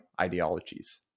ideologies